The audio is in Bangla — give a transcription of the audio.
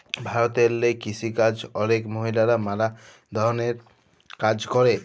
ভারতেল্লে কিসিকাজে অলেক মহিলারা ম্যালা ধরলের কাজ ক্যরে